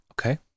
Okay